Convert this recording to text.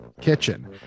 kitchen